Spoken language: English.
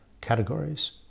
categories